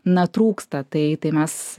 na trūksta tai tai mes